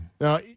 Now